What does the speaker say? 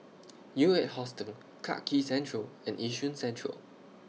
U eight Hostel Clarke Quay Central and Yishun Central